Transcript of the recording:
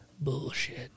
bullshit